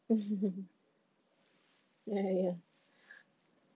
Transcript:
ya ya